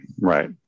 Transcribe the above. right